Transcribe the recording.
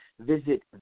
visit